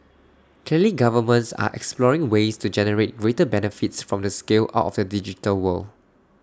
clearly governments are exploring ways to generate greater benefits from the scale out of the digital world